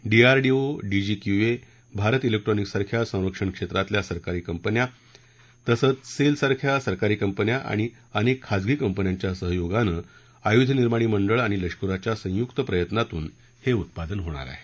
DRDO DGQA Bharat क्रिक्ट्रॉनिक सारख्या संरक्षण क्षेत्रातल्या सरकारी कंपन्या तसंच सेल आणि अनेक खाजगी कंपन्यांच्या सहयोगानं आयुधं निर्माणी मंडळ आणि लष्कराच्या संयुक्त प्रयत्नातून हे उत्पादन होणार आहे